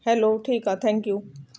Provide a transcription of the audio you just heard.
hello ठीकु आहे thank you